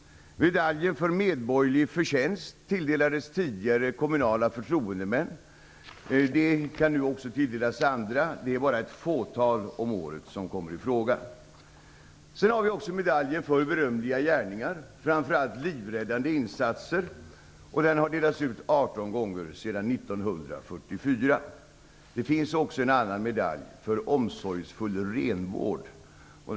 Medaljen för medborgerlig förtjänst tilldelades tidigare kommunala förtroendemän. Den kan nu också tilldelas andra. Det är bara ett fåtal om året som kommer i fråga. Sedan finns också Medaljen för berömliga gärningar, framför allt livräddande insatser. Den har delats ut 18 gånger sedan 1944. Det finns också en annan medalj, Medalj för omsorgsfull renvård.